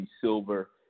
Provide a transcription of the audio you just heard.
Silver